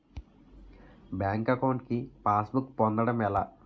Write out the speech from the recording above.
Bank account కి passbook పొందడం ఎలా?